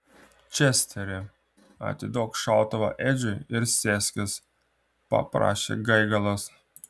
česteri atiduok šautuvą edžiui ir sėskis paprašė gaigalas